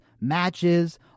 matches